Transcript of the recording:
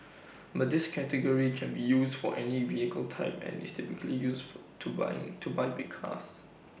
but this category can be use for any vehicle type and is typically use to buy to buy big cars